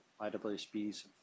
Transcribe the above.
IWSB's